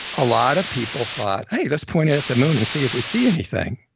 a lot of people thought let's point it at the moon and see if we see anything,